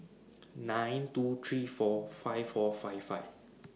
nine two three four five four five five